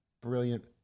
brilliant